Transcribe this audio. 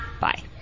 bye